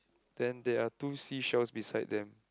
then there are two seashells beside them